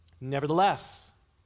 Nevertheless